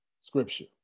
scripture